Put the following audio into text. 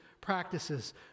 practices